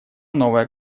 новая